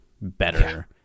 better